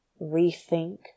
rethink